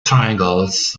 triangles